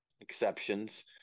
exceptions